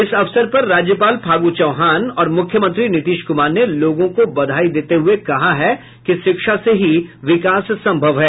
इस अवसर पर राज्यपाल फागू चौहान और मुख्यमंत्री नीतीश कुमार ने लोगों को बधाई देते हुए कहा है कि शिक्षा से ही विकास संभव है